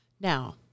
Now